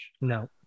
No